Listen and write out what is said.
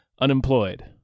unemployed